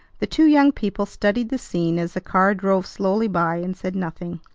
the two young people studied the scene as the car drove slowly by, and said nothing.